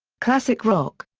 classic rock.